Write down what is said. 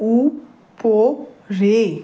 উপরে